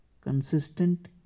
consistent